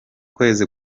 kwezi